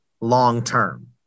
long-term